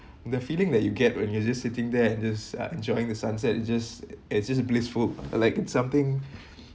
the feeling that you get when you just sitting there and just uh enjoying the sunset it just it just a blissful like in something